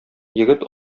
егет